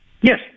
Yes